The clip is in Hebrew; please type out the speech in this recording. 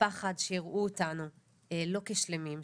הפחד שייראו אותנו לא כשלמים,